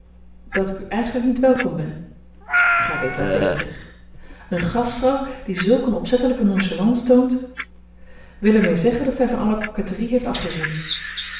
dat ik u eigenlijk niet welkom ben gij weet wel beter eene gastvrouw die zulk eene opzettelijke nonchalance toont wil er mee zeggen dat zij van alle coquetterie heeft afgezien